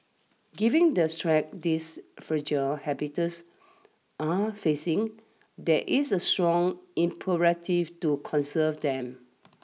giving the threats these fragile habitats are facing there is a strong imperative to conserve them